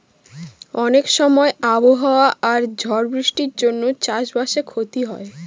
অনেক সময় আবহাওয়া আর ঝড় বৃষ্টির জন্য চাষ বাসে ক্ষতি হয়